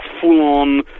full-on